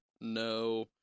No